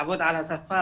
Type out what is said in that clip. לעבוד על השפה,